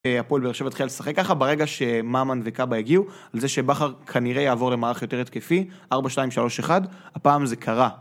הפועל באר שבע התחילה לשיחק ככה, ברגע שממן ובכר הגיעו, על זה שבכר כנראה יעבור למערך יותר תקפי, ארבע, שתיים, שלוש, אחד, הפעם זה קרה.